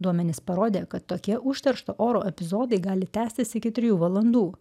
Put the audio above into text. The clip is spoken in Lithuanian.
duomenys parodė kad tokie užteršto oro epizodai gali tęsėsi iki trijų valandų